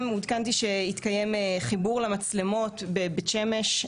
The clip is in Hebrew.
גם עודכנתי שהתקיים חיבור למצלמות בבית שמש,